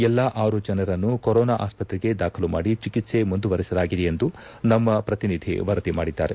ಎಲ್ಲಾ ಆರು ಜನರನ್ನು ಕೊರೊನಾ ಆಸ್ಪತ್ತೆಗೆ ದಾಖಲು ಮಾಡಿ ಚಿಕಿತ್ಸೆ ಮುಂದುವರೆಸಲಾಗಿದೆ ಎಂದು ನಮ್ನ ಪ್ರತಿನಿಧಿ ವರದಿ ಮಾಡಿದ್ದಾರೆ